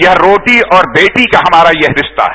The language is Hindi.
यह रोटी और बेटी का हमारा यह रिस्ता है